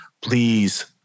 please